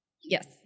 yes